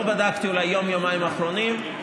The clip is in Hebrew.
לא בדקתי אולי ביום-יומיים האחרונים,